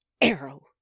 arrow